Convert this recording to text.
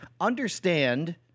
understand